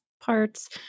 parts